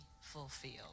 fulfilled